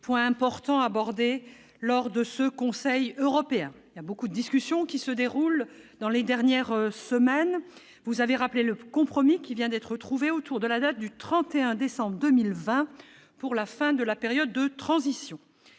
point important abordé lors de ce Conseil européen, il y a beaucoup de discussions qui se déroulent dans les dernières semaines, vous avez rappelé le compromis qui vient d'être retrouvé autour de la date du 31 décembre 2020 pour la fin de la période de transition,